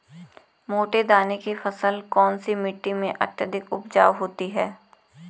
मोटे दाने की फसल कौन सी मिट्टी में अत्यधिक उपजाऊ होती है?